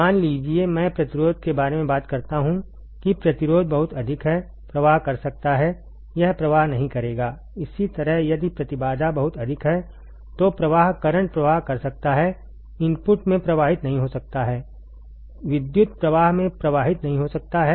मान लीजिए मैं प्रतिरोध के बारे में बात करता हूं कि प्रतिरोध बहुत अधिक है प्रवाह कर सकता है यह प्रवाह नहीं करेगा इसी तरह यदि प्रतिबाधा बहुत अधिक है तो प्रवाह करंट प्रवाह कर सकता है इनपुट में प्रवाहित नहीं हो सकता है विद्युत प्रवाह में प्रवाहित नहीं हो सकता है